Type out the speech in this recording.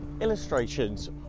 illustrations